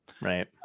right